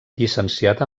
llicenciat